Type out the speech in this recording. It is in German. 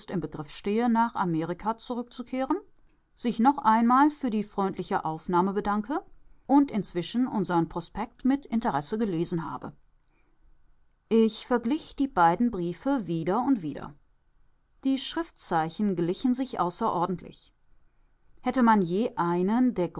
im begriff stehe nach amerika zurückzukehren sich noch einmal für die freundliche aufnahme bedanke und inzwischen unseren prospekt mit interesse gelesen habe ich verglich die beiden briefe wieder und wieder die schriftzeichen glichen sich außerordentlich hätte man je einen